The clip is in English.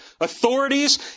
authorities